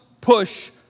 push